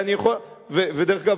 דרך אגב,